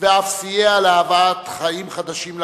ואף סייע להבאת חיים חדשים לעולם,